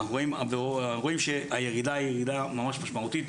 אנחנו רואים שהירידה היא ירידה ממש משמעותית,